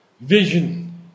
vision